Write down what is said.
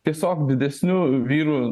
tiesiog didesniu vyrų